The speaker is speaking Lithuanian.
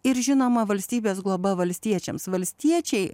ir žinoma valstybės globa valstiečiams valstiečiai